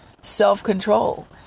self-control